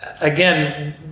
Again